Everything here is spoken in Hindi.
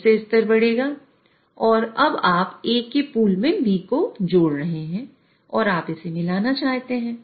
फिर से स्तर बढ़ेगा और अब आप A के पूल में B जोड़ रहे हैं और आप इसे मिलाना चाहते हैं